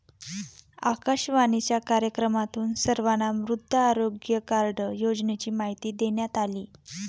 आकाशवाणीच्या कार्यक्रमातून सर्वांना मृदा आरोग्य कार्ड योजनेची माहिती देण्यात आली